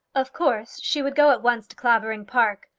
of course she would go at once to clavering park.